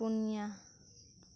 ᱯᱩᱱᱭᱟ